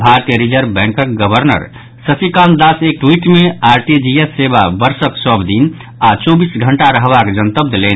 भारतीय रिजर्व बैंकक गवर्नर शशिकान्त दास एक ट्वीट मे आरटीजीएस सेवा वर्षक सभ दिन आओर चौबीस घंटा रहबाक जनतब देलनि